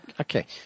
Okay